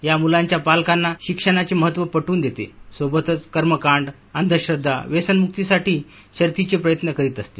या म्लांच्या पालकांना शिक्षणाचे महत्त्व पटवून देते सोबतच कर्मकांड अंधश्रद्वा व्यसनम्क्तीसाठी शर्थीचे प्रयत्न करीत असते